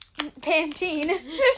Pantene